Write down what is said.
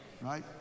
Right